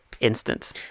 instant